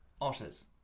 otters